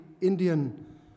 Indian